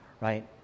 Right